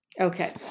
Okay